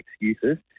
excuses